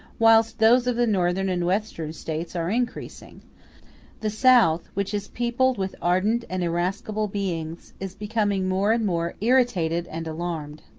whilst those of the northern and western states are increasing the south, which is peopled with ardent and irascible beings, is becoming more and more irritated and alarmed.